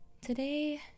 Today